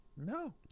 no